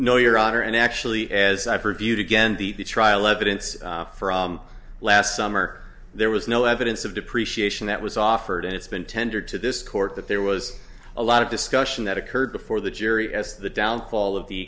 no your honor and actually as i previewed again the trial evidence for last summer there was no evidence of depreciation that was offered and it's been tendered to this court that there was a lot of discussion that occurred before the jury as to the downfall of the